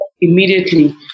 immediately